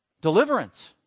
deliverance